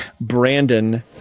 brandon